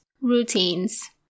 routines